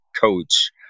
coach